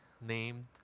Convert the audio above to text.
named